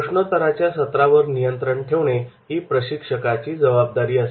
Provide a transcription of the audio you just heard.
प्रश्नोत्तराच्या सत्रावर नियंत्रण ठेवणे ही प्रशिक्षकाची जबाबदारी असते